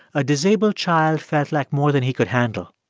a disabled child felt like more than he could handle.